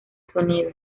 sonido